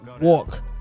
walk